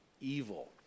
evil